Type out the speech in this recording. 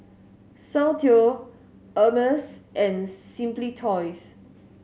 Soundteoh Hermes and Simply Toys